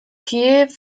kiew